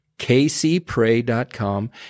kcpray.com